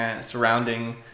surrounding